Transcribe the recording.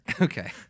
Okay